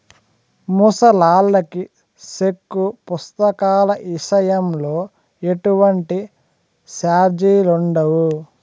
ముసలాల్లకి సెక్కు పుస్తకాల ఇసయంలో ఎటువంటి సార్జిలుండవు